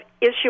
issue